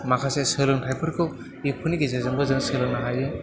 माखासे सोलोंथाइफोरखौ बेफोरनि गेजेरजोंबो जों सोलोंनो हायो